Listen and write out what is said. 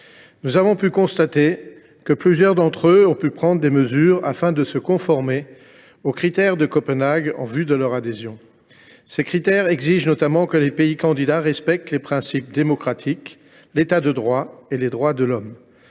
Nous avons constaté que plusieurs de ces pays étaient parvenus à prendre des mesures pour se conformer aux critères de Copenhague, en vue de leur adhésion. Ces critères exigent notamment des pays candidats que ceux ci respectent les principes démocratiques, l’État de droit et les droits de l’homme.